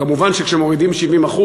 מובן שכשמורידים 70%,